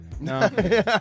No